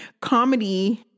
Comedy-